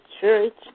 church